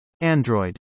Android